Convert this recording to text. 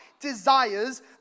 desires